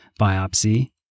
biopsy